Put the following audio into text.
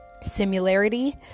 Similarity